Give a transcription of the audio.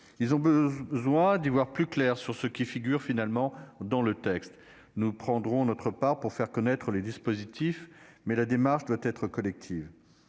Ils ont besoin d'y voir plus clair sur ce qui figure finalement dans le texte. Nous prendrons notre part du travail nécessaire pour faire connaître ces dispositifs, mais la démarche doit être collective.